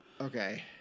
okay